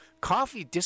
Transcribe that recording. coffee